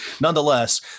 nonetheless